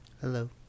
Hello